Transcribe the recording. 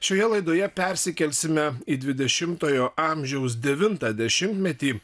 šioje laidoje persikelsime į dvidešimtojo amžiaus devintą dešimtmetį